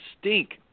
stink